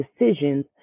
decisions